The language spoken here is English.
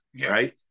right